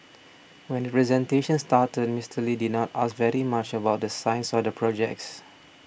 when the presentation started Mister Lee did not ask very much about the science or the projects